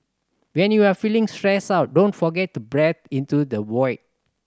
when you are feeling stressed out don't forget to breathe into the void